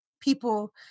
People